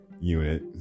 unit